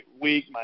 week